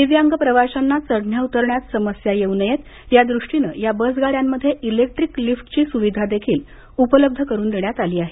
दिव्यांग प्रवाशांना चढण्या उतरण्यात समस्या येऊ नये यादृष्टीनं या बस गाड्यांमध्ये इलेक्ट्रीक लिफ्टची सुविधा उपलब्ध करुन देण्यात आली आहे